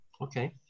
Okay